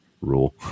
rule